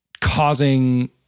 causing